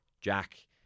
Jack